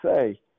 say